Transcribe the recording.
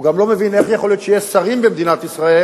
הוא גם לא מבין איך יכול להיות שיש שרים במדינת ישראל,